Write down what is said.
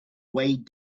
weighted